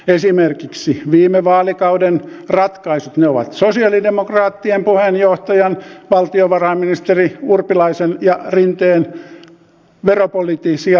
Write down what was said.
esimerkiksi viime vaalikauden ratkaisut ovat sosialidemokraattien puheenjohtajien valtiovarainministerien urpilainen ja rinne veropoliittisia linjoja